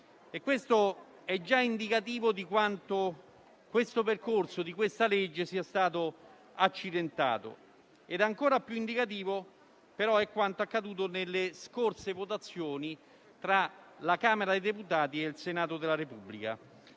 e questo è già indicativo di quanto il percorso del disegno di legge in esame sia stato accidentato. Ancora più indicativo, però, è quanto accaduto nelle scorse votazioni tra la Camera dei deputati e il Senato della Repubblica.